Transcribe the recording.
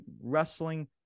wrestling